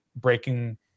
breaking